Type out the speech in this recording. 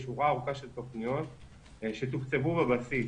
שורה ארוכה של תוכניות שתוקצבו בבסיס.